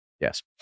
Yes